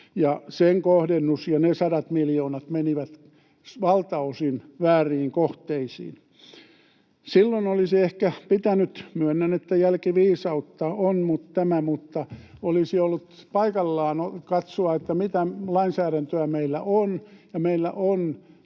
sen kohdennus ja ne sadat miljoonat menivät valtaosin vääriin kohteisiin. Silloin olisi ehkä pitänyt — myönnän, että jälkiviisautta on tämä, mutta olisi ollut paikallaan — katsoa, mitä lainsäädäntöä meillä on, ja meillä on